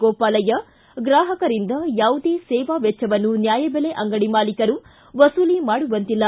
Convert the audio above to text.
ಗೋಪಾಲಯ್ಯ ಗ್ರಾಹಕರಿಂದ ಯಾವುದೇ ಸೇವಾ ವೆಚ್ವವನ್ನು ನ್ವಾಯಬೆಲೆ ಅಂಗಡಿ ಮಾಲೀಕರು ವಸೂಲಿ ಮಾಡುವಂತಿಲ್ಲ